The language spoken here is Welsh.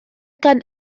gan